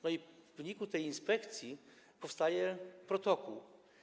No i w wyniku tej inspekcji powstaje protokół.